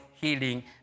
healing